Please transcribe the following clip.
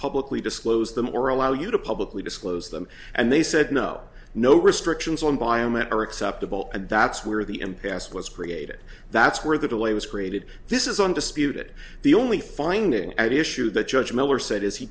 publicly disclose them or allow you to publicly disclose them and they said no no restrictions on biomet are acceptable and that's where the impasse was created that's where the delay was created this is undisputed the only finding at issue that judge miller said is he